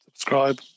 Subscribe